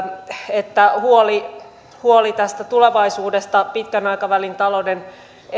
että huoli huoli tulevaisuudesta pitkän aikavälin talouden